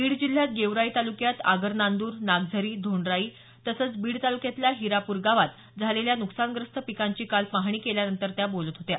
बीड जिल्ह्यात गेवराई तालुक्यात आगर नांदूर नागझरी धोंडराई तर बीड तालुक्यातल्या हिरापूर गावात झालेल्या नुकसानग्रस्त पिकांची काल पाहणी केल्यानंतर त्या बोलत होत्या